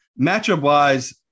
Matchup-wise